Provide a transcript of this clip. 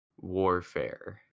warfare